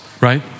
right